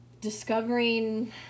Discovering